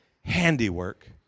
handiwork